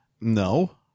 No